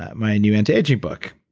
ah my new anti-aging book.